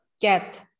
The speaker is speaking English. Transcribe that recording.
get